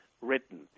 written